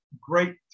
great